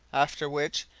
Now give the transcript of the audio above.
after which,